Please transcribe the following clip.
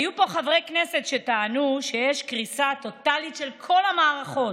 היו פה חברי כנסת שטענו שיש קריסה טוטלית של כל המערכות.